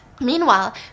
Meanwhile